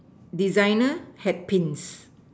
designer hair Pins